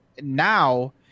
now